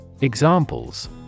Examples